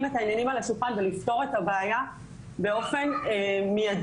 את העניינים על השולחן ולפתור את הבעיה באופן מידי,